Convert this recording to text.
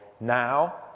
now-